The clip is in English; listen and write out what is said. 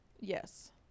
yes